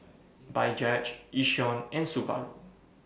Bajaj Yishion and Subaru